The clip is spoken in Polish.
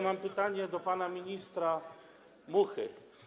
Mam pytanie do pana ministra Muchy.